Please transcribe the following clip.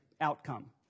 outcome